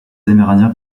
amérindiens